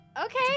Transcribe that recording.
okay